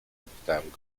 zapytałem